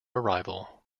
arrival